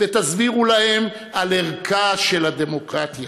ותסבירו להם על ערכה של הדמוקרטיה,